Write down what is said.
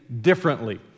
differently